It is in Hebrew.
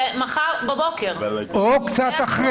בפנים או בחוץ.